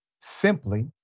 simply